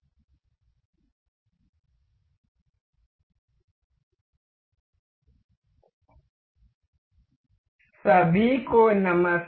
assembly drawing सभी को नमस्कार